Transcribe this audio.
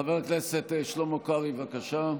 חבר הכנסת שלמה קרעי, בבקשה.